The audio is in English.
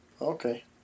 Okay